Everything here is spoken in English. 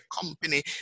company